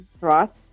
right